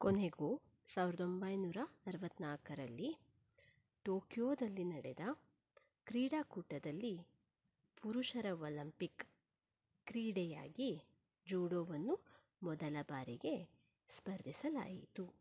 ಕೊನೆಗೂ ಸಾವಿರದ ಒಂಬೈನೂರ ಅರುವತ್ತನಾಲ್ಕರಲ್ಲಿ ಟೋಕಿಯೊದಲ್ಲಿ ನಡೆದ ಕ್ರೀಡಾಕೂಟದಲ್ಲಿ ಪುರುಷರ ಒಲಂಪಿಕ್ ಕ್ರೀಡೆಯಾಗಿ ಜೂಡೋವನ್ನು ಮೊದಲ ಬಾರಿಗೆ ಸ್ಪರ್ಧಿಸಲಾಯಿತು